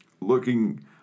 looking